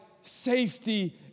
safety